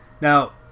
Now